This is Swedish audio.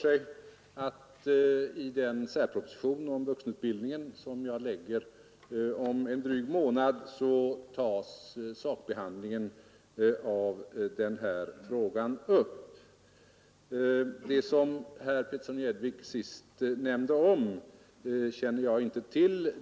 I den särproposition om vuxenutbildningen som jag framlägger om en dryg månad tas sakbehandlingen av den här frågan upp. Det herr Petersson i Gäddvik sist nämnde känner jag inte till.